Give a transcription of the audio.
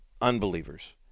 unbelievers